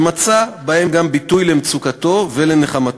ומצא בהם גם ביטוי למצוקתו ולנחמתו.